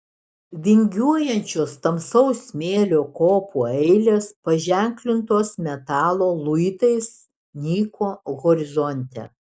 vingiuojančios tamsaus smėlio kopų eilės paženklintos metalo luitais nyko horizonte